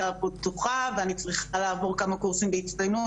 הפתוחה ואני צריכה לעבור כמה קורסים בהצטיינות,